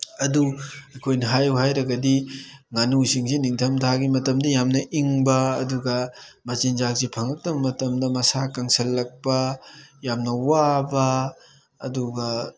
ꯑꯗꯨ ꯑꯩꯈꯣꯏꯅ ꯍꯥꯏꯌꯨ ꯍꯥꯏꯔꯒꯗꯤ ꯉꯥꯅꯨꯁꯤꯡꯁꯤ ꯅꯤꯡꯊꯝꯊꯥꯒꯤ ꯃꯇꯝꯗ ꯌꯥꯝꯅ ꯏꯪꯕ ꯑꯗꯨꯒ ꯃꯆꯤꯟꯖꯥꯛꯁꯤ ꯐꯪꯉꯛꯇꯕ ꯃꯇꯝꯗ ꯃꯁꯥ ꯀꯪꯁꯜꯂꯛꯄ ꯌꯥꯝꯅ ꯋꯥꯕ ꯑꯗꯨꯒ